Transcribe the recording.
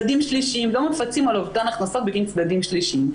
צדדים שלישיים,